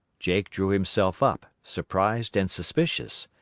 jake drew himself up, surprised and suspicious.